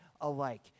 alike